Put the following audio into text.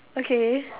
okay